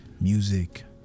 music